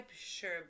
sure